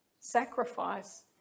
sacrifice